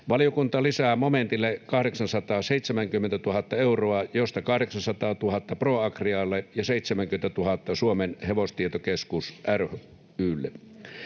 Valiokunta lisää momentille 870 000 euroa, josta 800 000 ProAgrialle ja 70 000 Suomen Hevostietokeskus